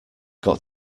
got